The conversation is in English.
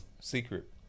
secret